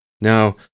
Now